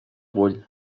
vull